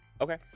Okay